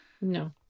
no